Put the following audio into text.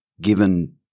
given